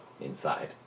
inside